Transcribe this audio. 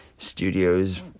Studios